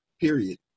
period